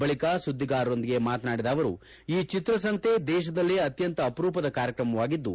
ಬಳಿಕ ಸುದ್ದಿಗಾರರೊಂದಿಗೆ ಮಾತನಾಡಿದ ಅವರು ಈ ಚಿತ್ರಸಂತೆ ದೇಶದಲ್ಲೇ ಅತ್ಯಂತ ಅಪರೂಪದ ಕಾರ್ಯಕ್ರಮವಾಗಿದ್ದು